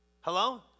Hello